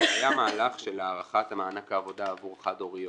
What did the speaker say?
היה מהלך של הארכת מענק העבודה עבור חד הוריות.